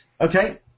Okay